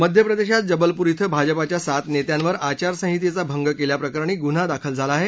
मध्यप्रदेशात जबलपूर इथं भाजपाच्या सात नेत्यांवर आचार संहितेचा भंग केल्याप्रकरणी गुन्हा दाखल झाला आहे